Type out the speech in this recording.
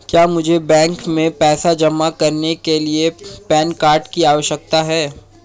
क्या मुझे बैंक में पैसा जमा करने के लिए पैन कार्ड की आवश्यकता है?